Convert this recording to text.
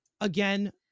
again